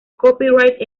copyright